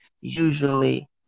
usually